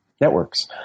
networks